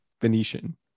Venetian